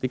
Det